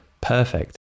perfect